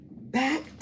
back